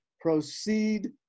proceed